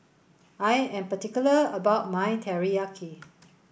I am particular about my Teriyaki